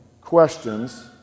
questions